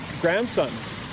grandsons